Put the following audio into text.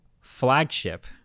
flagship